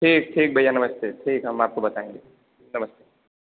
ठीक ठीक भैया नमस्ते ठीक हम आपको बताएंगे नमस्ते